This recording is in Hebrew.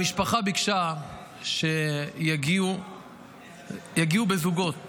המשפחה ביקשה שיגיעו בזוגות,